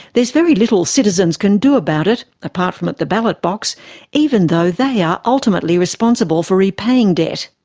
there's very little citizens can do about it apart from at the ballot box even though they are ultimately responsible for repaying debt.